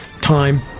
Time